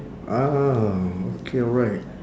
ah okay right